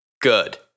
good